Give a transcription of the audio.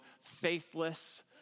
faithless